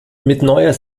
neuer